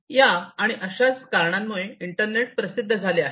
या आणि अशाच कारणामुळे इंटरनेट प्रसिद्ध झाले आहे